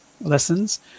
lessons